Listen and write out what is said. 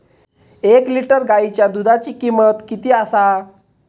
एक लिटर गायीच्या दुधाची किमंत किती आसा?